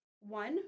One